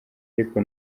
ariko